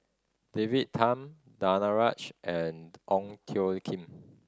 David Tham Danaraj and Ong Toe Kim